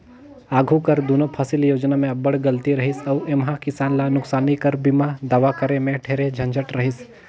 आघु कर दुनो फसिल योजना में अब्बड़ गलती रहिस अउ एम्हां किसान ल नोसकानी कर बीमा दावा करे में ढेरे झंझट रहिस